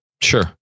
Sure